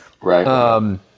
Right